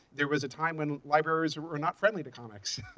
there was a time when libraries were not friendly to comics.